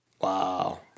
Wow